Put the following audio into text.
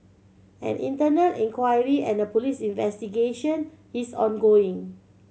an internal inquiry and a police investigation is ongoing